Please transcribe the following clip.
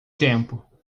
tempo